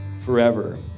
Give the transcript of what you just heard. forever